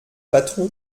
patron